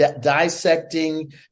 dissecting